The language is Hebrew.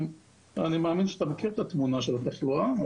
אני מאמין שאתה מכיר את התמונה של התחלואה.